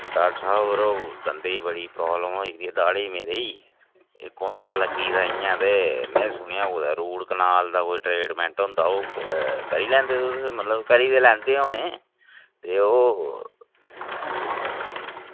doctor साह्ब यरो दंदें ई बड़ी प्रॉब्लम होई दी मेरे ई एह् कुंदा लग्गी दा इंया ते में सुनेआ कोई रूट कनाल दा ट्रीटमेंट होंदा ओह् करी लैंदे तुस करी ते लैंदे होने ते ओह्